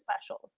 specials